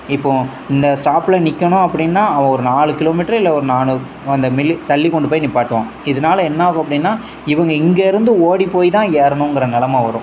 இப்போது இந்த ஸ்டாப்பில் நிற்கணும் அப்படின்னா ஒரு நாலு கிலோமீட்ரு இல்லை ஒரு நானூறு அந்த மில்லி தள்ளி கொண்டு போயி நிற்பாட்டுவான் இதனால என்னாகும் அப்படினா இவங்க இங்கேயிருந்து ஓடிப் போய்தான் ஏறணுங்கிற நெலமை வரும்